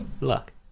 luck